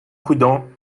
prudent